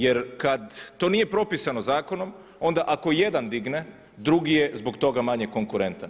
Jer kada to nije propisano zakonom onda ako jedan digne, drugi je zbog toga manje konkurentan.